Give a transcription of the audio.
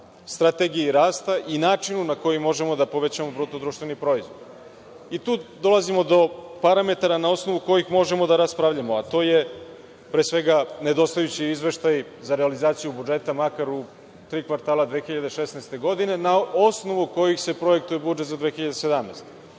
strategiji rasta i načinu na koji možemo da povećamo BDP. Tu dolazimo do parametara na osnovu kojih možemo da raspravljamo, a to je pre svega nedostajući izveštaj za realizaciju budžeta makar u tri kvartala 2016. godine, na osnovu kojeg se projektuje budžet za 2017. godinu.